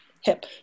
hip